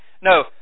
No